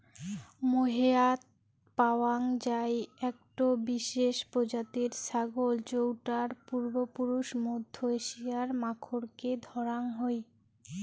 মোহেয়াৎ পাওয়াং যাই একটো বিশেষ প্রজাতির ছাগল যৌটার পূর্বপুরুষ মধ্য এশিয়ার মাখরকে ধরাং হই